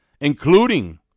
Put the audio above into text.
including